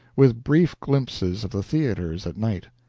with brief glimpses of the theaters at night.